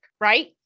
right